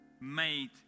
made